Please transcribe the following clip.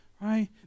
Right